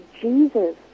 Jesus